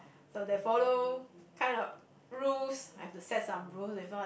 so they follow kind of rules I have to set some rules if not